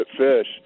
fish